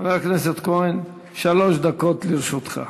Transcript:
חבר הכנסת כהן, שלוש דקות לרשותך.